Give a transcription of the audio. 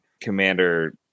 commander